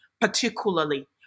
particularly